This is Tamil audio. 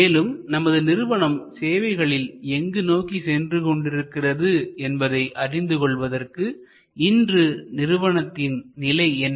மேலும் நமது நிறுவனம் சேவைகளில் எங்கு நோக்கி சென்று கொண்டிருக்கிறது என்பதை அறிந்து கொள்வதற்கு இன்று நிறுவனத்தின் நிலை என்ன